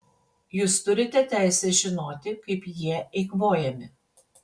jūs turite teisę žinoti kaip jie eikvojami